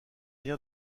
rien